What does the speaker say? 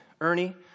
Ernie